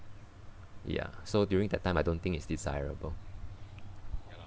ya so during that time I don't think it's desirable